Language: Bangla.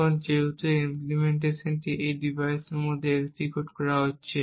এখন যেহেতু এই ইমপ্লিমেন্টেশনটি এই ডিভাইসের মধ্যে এক্সিকিউট করা হচ্ছে